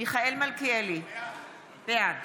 מיכאל מלכיאלי, בעד